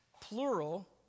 Plural